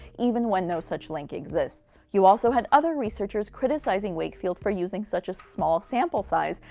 even when no such link exists. you also had other researchers criticizing wakefield for using such a small sample size,